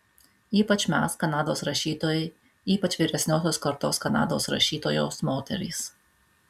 ypač mes kanados rašytojai ypač vyresniosios kartos kanados rašytojos moterys